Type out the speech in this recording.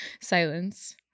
silence